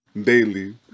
daily